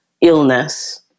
illness